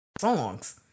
songs